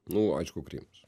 nu aišku krymas